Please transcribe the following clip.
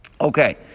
Okay